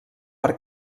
per